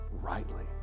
rightly